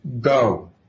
Go